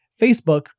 Facebook